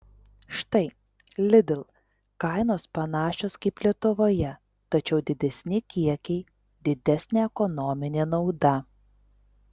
štai lidl kainos panašios kaip lietuvoje tačiau didesni kiekiai didesnė ekonominė nauda